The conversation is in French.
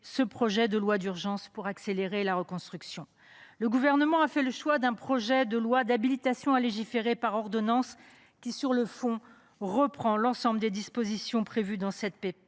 ce projet de loi d’urgence pour accélérer la reconstruction. Le Gouvernement a fait le choix d’un projet de loi d’habilitation à légiférer par ordonnances, qui, sur le fond, reprend l’ensemble des dispositions prévues dans notre